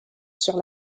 sur